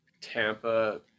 Tampa